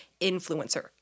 influencer